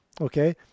okay